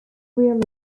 realism